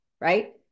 right